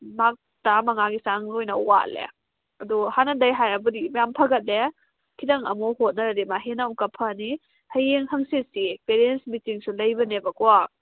mark ꯇꯔꯥꯃꯉꯥꯒꯤ ꯆꯥꯡ ꯂꯣꯏꯅ ꯋꯥꯠꯂꯦ ꯑꯗꯨ ꯍꯥꯟꯅꯗꯒꯤ ꯍꯥꯏꯔꯒꯕꯨꯗꯤ ꯃꯌꯥꯝ ꯐꯒꯠꯂꯦ ꯈꯤꯇꯪ ꯑꯃꯨꯛ ꯍꯣꯠꯅꯔꯗꯤ ꯃꯥ ꯍꯦꯟꯅ ꯑꯃꯨꯛꯀ ꯐꯅꯤ ꯍꯌꯦꯡ ꯍꯪꯆꯤꯠꯇꯤ ꯄꯦꯔꯦꯟꯁ ꯃꯤꯇꯤꯡꯁꯨ ꯂꯩꯕꯅꯦꯕꯀꯣ